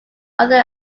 other